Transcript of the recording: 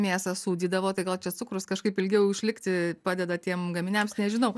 mėsą sūdydavo tai gal čia cukrus kažkaip ilgiau išlikti padeda tiem gaminiams nežinau